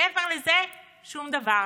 מעבר לזה, שום דבר.